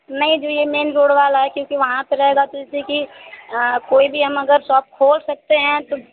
नहीं जो यह मेन रोड वाला है क्योंकि वहाँ पर रहेगा तो जैसे कि कोई भी हम अगर शॉप खोल सकते हैं तो